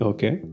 Okay